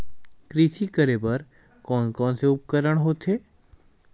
कृषि करेबर कोन कौन से उपकरण होथे?